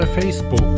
Facebook